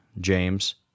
James